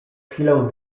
chwilę